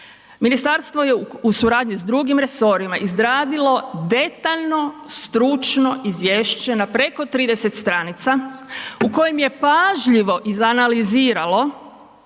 Ministarstvo je u suradnji sa drugim resorima izradilo detaljno, stručno izvješće na preko 30 stranica u kojem je pažljivo izanaliziralo